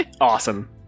Awesome